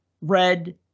red